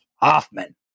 Hoffman